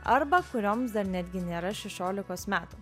arba kurioms dar netgi nėra šešiolikos metų